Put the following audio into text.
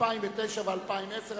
2009 ו-2010),